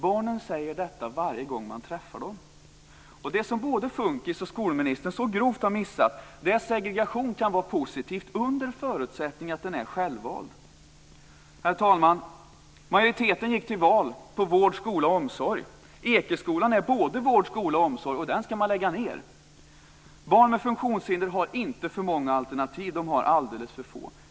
Barnen säger detta varje gång som man träffar dem. Det som både FUNKIS och skolministern så grovt har missat är att segregation kan vara positivt under förutsättning att den är självvald. Herr talman! Majoriteten gick till val på vård, skola och omsorg. Ekeskolan är vård, skola och omsorg, och den ska man lägga ned. Barn med funktionshinder har inte för många alternativ, de har alldeles för få.